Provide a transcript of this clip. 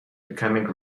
becoming